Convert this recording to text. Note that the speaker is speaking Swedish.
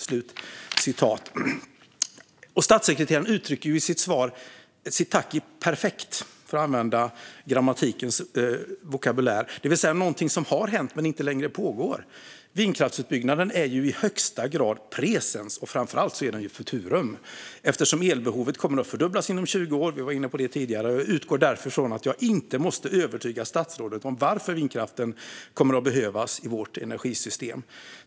Statssekreteraren uttrycker sitt tack i perfekt, för att använda grammatiska termer, det vill säga något som har hänt men som inte längre pågår. Vindkraftsutbyggnaden är i högsta grad presens, och framför allt är den futurum. Elbehovet kommer att fördubblas inom 20 år. Jag utgår därför från att jag inte måste övertyga statsrådet om varför vindkraften behövs i vårt energisystem.